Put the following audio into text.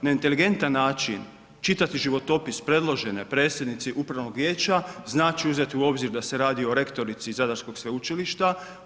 Neinteligentan način čitati životopis predložene predsjednice upravnog vijeća znači uzeti u obzir da se radi o rektorici Zadarskog sveučilišta.